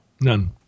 None